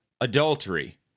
adultery